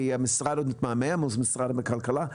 כי המשרד עוד מתמהמה מול משרד הכלכלה.